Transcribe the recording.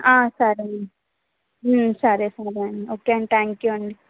సరే అండి సరే సరే అండి ఓకే అండి థ్యాంక్ యు అండి